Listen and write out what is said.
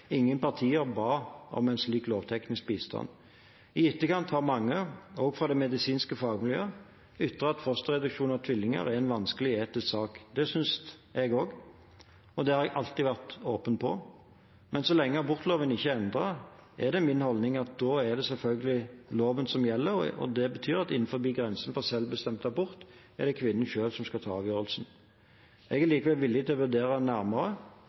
Ingen partier ba om en slik lovteknisk bistand. I etterkant har mange, også fra det medisinske fagmiljøet, ytret at fosterreduksjon av tvillinger er en vanskelig etisk sak. Det synes jeg også – og det har jeg alltid vært åpen om. Men så lenge abortloven ikke er endret, er min holdning at da er det selvfølgelig loven som gjelder. Det betyr at innenfor grensen for selvbestemt abort er det kvinnen selv som skal ta avgjørelsen. Jeg er likevel villig til å vurdere nærmere